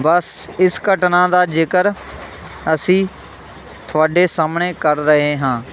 ਬਸ ਇਸ ਘਟਨਾ ਦਾ ਜ਼ਿਕਰ ਅਸੀਂ ਤੁਹਾਡੇ ਸਾਹਮਣੇ ਕਰ ਰਹੇ ਹਾਂ